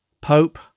Pope